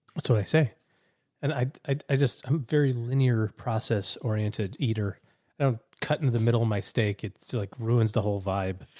that's what i say. and i, i just, i'm very linear process oriented eater of cutting the middle of my steak. it's like ruins the whole vibe.